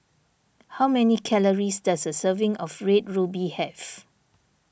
how many calories does a serving of Red Ruby have